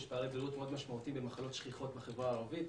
יש פערי בריאות משמעותיים מאוד במחלות שכיחות בחברה הערבית,